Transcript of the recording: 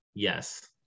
yes